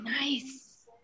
Nice